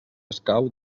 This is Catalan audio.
escau